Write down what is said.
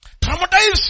Traumatized